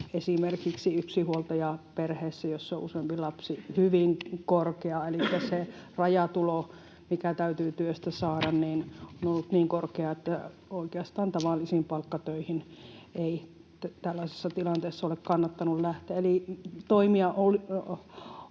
esimerkiksi yksinhuoltajaperheessä, jossa on useampi lapsi, hyvin korkea. Elikkä se rajatulo, mikä täytyy työstä saada, on ollut niin korkea, että oikeastaan tavallisiin palkkatöihin ei tällaisessa tilanteessa ole kannattanut lähteä.